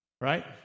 right